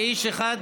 כאיש אחד,